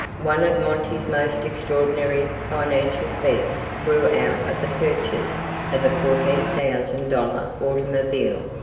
one of monty's most extraordinary financial feats grew out of the purchase of a fourteen thousand dollars automobile.